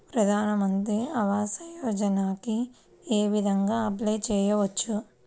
ప్రధాన మంత్రి ఆవాసయోజనకి ఏ విధంగా అప్లే చెయ్యవచ్చు?